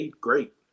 great